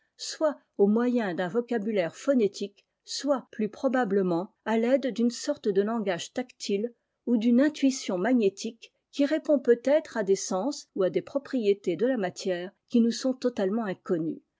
soit au moyen d un vocabulaire phonétique soit plus probablement à l'aide d'une sorte de langage tactile ou d'une intuition magnétique qui répond peutêtre à des sens ou à des propriétés de la matière qui nous sont totalement inconnus